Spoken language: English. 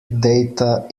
data